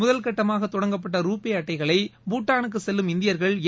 முதல்கட்டமாக தொடங்கப்பட்ட ரூபே அட்டைகளை பூட்டானுக்கு செல்லும் இந்தியர்கள் ஏ